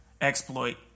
exploit